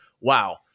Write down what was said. wow